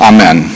Amen